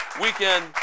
weekend